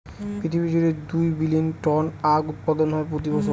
পৃথিবী জুড়ে দুই বিলীন টন আখ উৎপাদন হয় প্রতি বছর